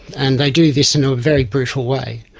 and they do this in a very brutal way.